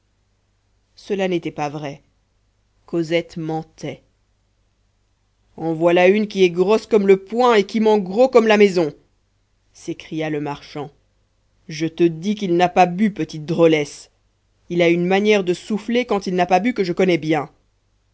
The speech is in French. cela n'était pas vrai cosette mentait en voilà une qui est grosse comme le poing et qui ment gros comme la maison s'écria le marchand je te dis qu'il n'a pas bu petite drôlesse il a une manière de souffler quand il n'a pas bu que je connais bien